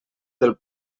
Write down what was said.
del